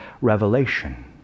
revelation